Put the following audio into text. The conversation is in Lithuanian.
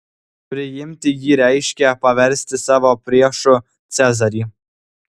priimti jį reiškė paversti savo priešu cezarį